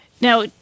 Now